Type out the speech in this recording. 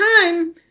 time